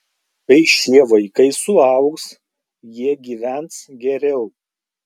kai šie vaikai suaugs jie gyvens geriau